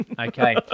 Okay